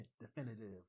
definitive